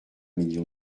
million